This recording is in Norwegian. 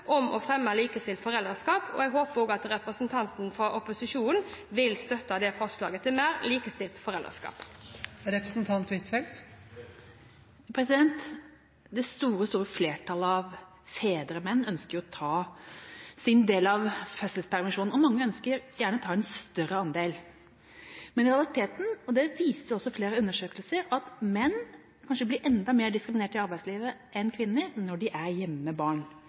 å fremme likestilt foreldreskap. Jeg håper også representanter for opposisjonen vil støtte forslag til mer likestilt foreldreskap. Det store, store flertallet av fedre og menn ønsker å ta sin del av fødselspermisjonen, og mange ønsker gjerne å ta en større andel. Men i realiteten – og det viser også flere undersøkelser – blir menn kanskje enda mer diskriminert i arbeidslivet enn kvinner når de er hjemme med barn,